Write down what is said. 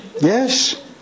Yes